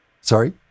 Sorry